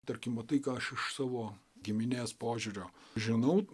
tarkim va tai ką aš iš savo giminės požiūrio žinau